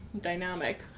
dynamic